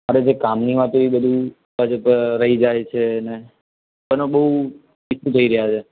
મારે જે કામનું હતું એ બધું રહી જાય છે અને બધા બહુ ઈશ્યુ થઇ રહ્યા છે